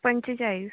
पंचेचाळीस